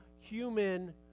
human